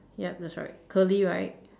yup that's right curly right